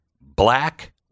black